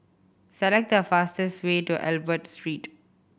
select the fastest way to Albert Street